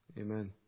Amen